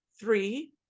three